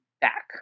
back